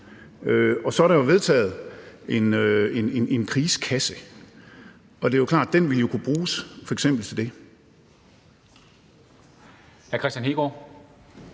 Og så er der jo vedtaget en krigskasse, og det er klart, at den jo vil kunne bruges til det.